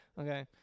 Okay